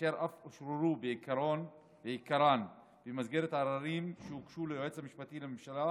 אשר אף אושררו בעיקרן במסגרת עררים שהוגשו ליועץ המשפטי לממשלה,